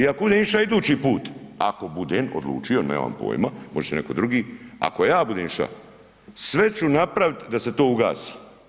I ako budem išao idući put, ako budem odlučio nemam poima, može se netko drugi, ako ja budem iša, sve ću napravit da se to ugasi.